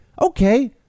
Okay